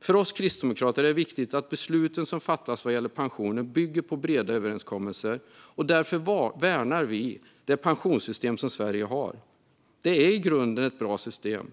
För oss kristdemokrater är det viktigt att besluten som fattas vad gäller pensioner bygger på breda överenskommelser, och därför värnar vi det pensionssystem som Sverige har. Det är ett i grunden bra system.